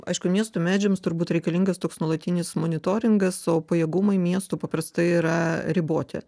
aišku miestų medžiams turbūt reikalingas toks nuolatinis monitoringas o pajėgumai miestų paprastai yra riboti